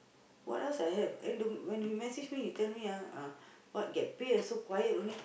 what else I have and the when you message me you tell me ah uh what get pay also quiet only